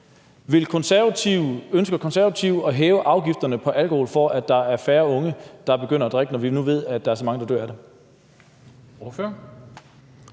Konservative at hæve afgifterne på alkohol, så der er færre unge, der begynder at drikke, når vi nu ved, at der er så mange, der dør af det?